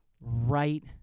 right